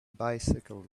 bicycle